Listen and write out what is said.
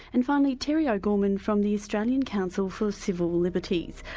and finally terry o'gorman from the australian council for civil liberties.